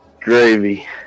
gravy